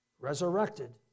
Resurrected